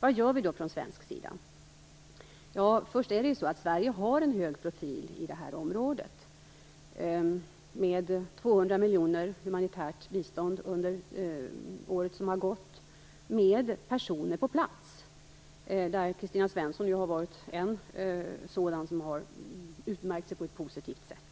Vad gör vi då från svensk sida? Sverige har en hög profil i det här området med ett humanitärt bistånd på 200 miljoner under det år som har gått och med personer på plats. Där har ju Kristina Svensson utmärkt sig på ett positivt sätt.